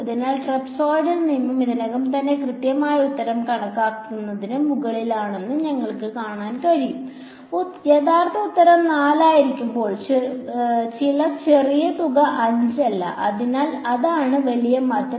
അതിനാൽ ട്രപസോയ്ഡൽ നിയമം ഇതിനകം തന്നെ കൃത്യമായ ഉത്തരം കണക്കാക്കുന്നതിന് മുകളിലാണെന്ന് നിങ്ങൾക്ക് കാണാൻ കഴിയും യഥാർത്ഥ ഉത്തരം 4 ആയിരിക്കുമ്പോൾ ചില ചെറിയ തുക 5 അല്ല അതിനാൽ അതാണ് വലിയ മാറ്റം